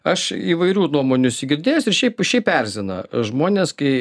aš įvairių nuomonių esu girdėjęs ir šiaip šiaip erzina žmones kai